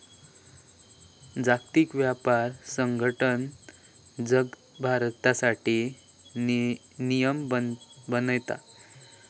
जागतिक व्यापार संघटना जगभरासाठी नियम बनयता